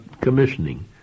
commissioning